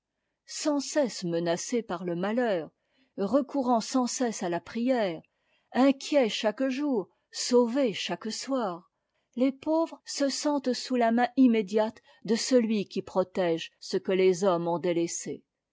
sans cesse menacés par le malheur recourant sans cesse à la prière inquiets chaque jour sauvés chaque soir les pauvres se sentent sous la main immédiate de celui qui protège ce que les hommes ont délaissé